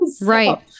Right